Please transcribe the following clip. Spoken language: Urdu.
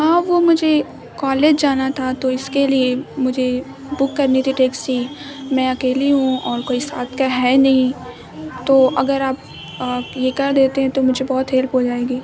ہاں وہ مجھے کالج جانا تھا تو اس کے لیے مجھے بک کرنی تھی ٹیکسی میں اکیلی ہوں اور کوئی ساتھ کا ہے نہیں تو اگر آپ یہ کر دیتے ہیں تو مجھے بہت ہیلف ہو جائے گی